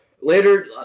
later